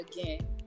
again